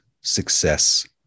success